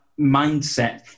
mindset